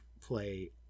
play